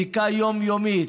בדיקה יומיומית,